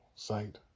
site